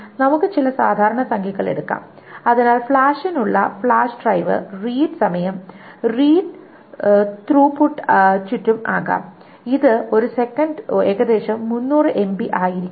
അതിനാൽ നമുക്ക് ചില സാധാരണ സംഖ്യകൾ എടുക്കാം അതിനാൽ ഫ്ലാഷിനുള്ള ഫ്ലാഷ് ഡ്രൈവ് റീഡ് സമയം റീഡ് ത്രൂപുട്ടിന് ചുറ്റും ആകാം ഇത് ഒരു സെക്കൻഡിൽ ഏകദേശം 300 MB ആയിരിക്കും